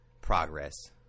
progress